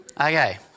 Okay